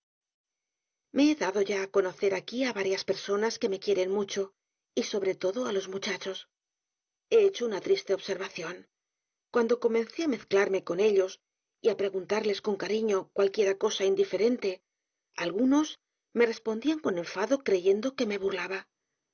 me he dado ya á conocer aquí á varias personas que me quieren mucho y sobre todo á los muchachos he hecho una triste observación cuando comencé á mezclarme con ellos y á preguntarles con cariño cualquiera cosa indiferente algunos me respondían con enfado creyendo que me burlaba